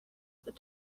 this